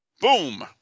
Boom